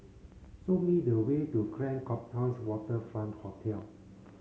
show me the way to Grand Copthorne Waterfront Hotel